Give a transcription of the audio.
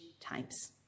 times